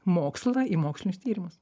mokslą į mokslinius tyrimus